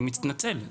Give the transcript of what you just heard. אני מתנצל,